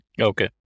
Okay